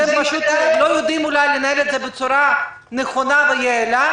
אתם פשוט לא יודעים אולי לנהל את זה בצורה נכונה ויעילה?